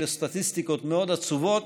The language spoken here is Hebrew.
אלו סטטיסטיקות מאוד עצובות,